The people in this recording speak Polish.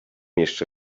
jeszcze